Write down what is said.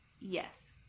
Yes